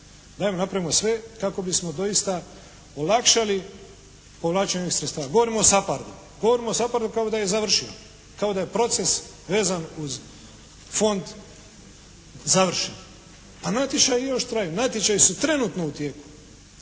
Evo, napravimo sve kako bismo doista olakšali povlačenje ovih sredstava. Govorimo o SAPARD-u kao da je završio. Kao da je proces vezan uz fond završen. A natječaji još traju. Natječaji su trenutno u tijeku.